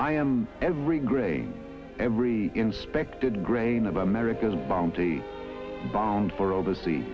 i am every grain every inspected grain of america's bounty found for oversea